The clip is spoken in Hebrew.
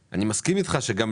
זה לא שאין כאן היגיון בכלל.